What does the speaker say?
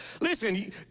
listen